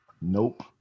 Nope